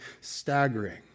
staggering